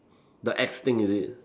the axe thing is it